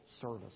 service